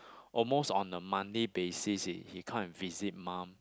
almost on a monthly basis he he come and visit mom